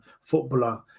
footballer